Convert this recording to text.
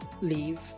leave